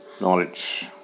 knowledge